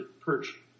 Perch